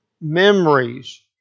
memories